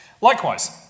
Likewise